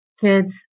kids